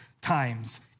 times